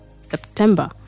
september